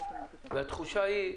התחושה היא,